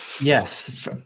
Yes